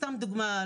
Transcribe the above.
סתם דוגמה,